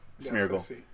Smeargle